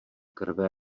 krve